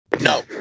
No